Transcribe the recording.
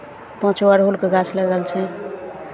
पाँच गो अड़हुलके गाछ लगल छै